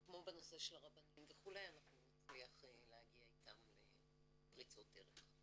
כמו בנושא של הרבנים וכולי אנחנו נצליח להגיע איתם לפריצות דרך.